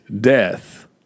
death